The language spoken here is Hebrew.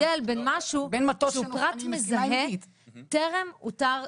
אבל יש הבדל בין משהו שהוא פרט מזהה שטרם הותר לפרסום.